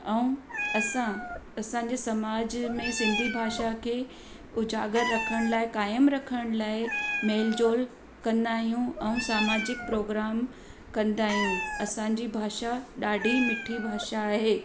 ऐं असां असांजे समाज में सिंधी भाषा खे उजागरु रखण लाइ क़ाइमु रखण लाइ मेल झोल कंदा आहियूं ऐं सामाजिक प्रोग्राम कंदा आहियूं असांजी भाषा ॾाढी मिठी भाषा आहे